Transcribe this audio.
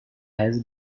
has